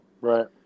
Right